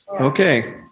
Okay